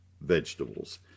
vegetables